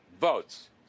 votes